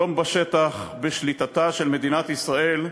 שלום בשטח בשליטתה של מדינת ישראל,